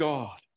God